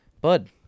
bud